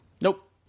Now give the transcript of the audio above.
Nope